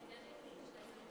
מתכבד לפתוח את ישיבת